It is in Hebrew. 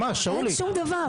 ממש שאולי,